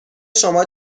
شما